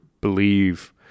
believe